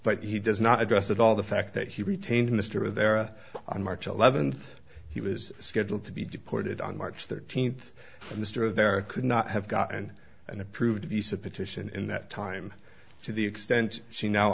but he does not address at all the fact that he retained mr a there on march eleventh he was scheduled to be deported on march thirteenth mr there could not have gotten an approved use of petition in that time to the extent she now